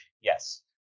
Yes